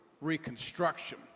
reconstruction